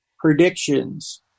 predictions